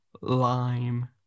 Lime